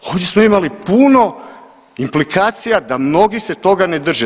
Ovdje smo imali puno implikacija da mnogi se toga ne drže.